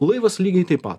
laivas lygiai taip pat